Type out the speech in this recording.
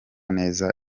neza